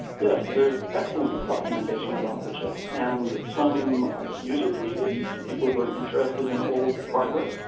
yes, there is excellent documentation about the chip, and some user communities, people who are interested in old hardware,